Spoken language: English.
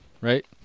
right